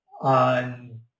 on